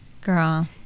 girl